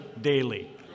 daily